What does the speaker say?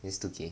yesterday